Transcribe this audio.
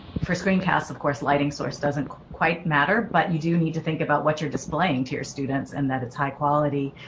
for screencaps. of course, lighting source doesn't quite matter, but you do need to think about what you're displaying to your students and that it's high quality,